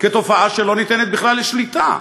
כתופעה שלא ניתנת בכלל לשליטה.